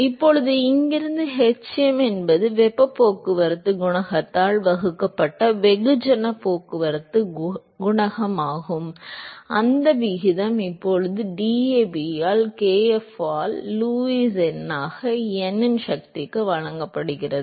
இப்போது இங்கிருந்து hm என்பது வெப்பப் போக்குவரத்துக் குணகத்தால் வகுக்கப்பட்ட வெகுஜனப் போக்குவரத்துக் குணகமாகும் அந்த விகிதம் இப்போது DAB ஆல் kf ஆல் லூயிஸ் எண்ணாக n இன் சக்திக்கு வழங்கப்படுகிறது